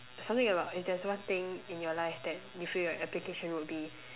something about if there's one thing in your life that you feel your application will be